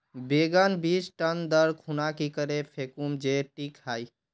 बैगन बीज टन दर खुना की करे फेकुम जे टिक हाई?